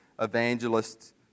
evangelists